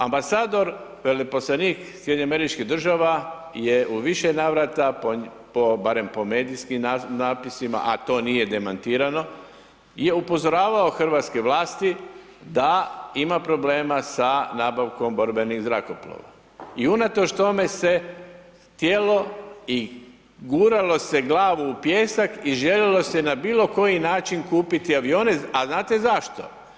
Ambasador, veleposlanik SAD-a je u više navrata, barem po medijskim natpisima, a to nije demantirano je upozoravao hrvatske vlasti da ima problema sa nabavkom borbenih zrakoplova i unatoč tome se htjelo i guralo se glavu u pijesak i željelo se na bilo koji način kupiti avione, a znate zašto?